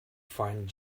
find